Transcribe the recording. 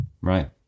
Right